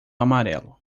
amarelo